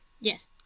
Yes